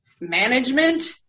management